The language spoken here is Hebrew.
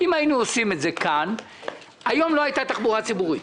אם היינו עושים את זה כאן היום לא הייתה תחבורה ציבורית.